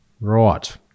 Right